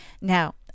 Now